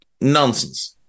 Nonsense